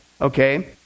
Okay